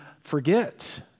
forget